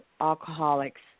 alcoholics